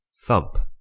thumpe?